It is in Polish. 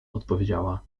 odpowiedziała